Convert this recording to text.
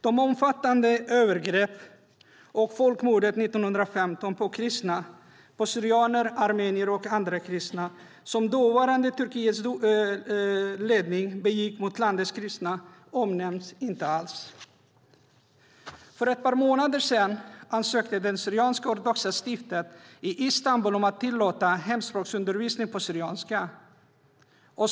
De omfattande övergrepp och folkmordet på kristna 1915, på syrianer, armenier och andra kristna, som Turkiets dåvarande ledning begick, omnämns inte alls. För ett par månader sedan ansökte det syriansk-ortodoxa stiftet i Istanbul om att tillåta hemspråksundervisning på syrianska.